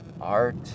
art